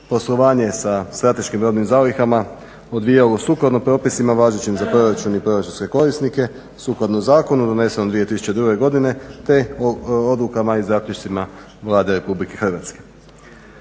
poslovanje sa strateškim robnim zalihama odvijalo sukladno propisima važećim za proračun i proračunske korisnike sukladno zakonu donesenom 2002. godine, te odlukama i zaključcima Vlade Republike Hrvatske.